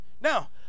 Now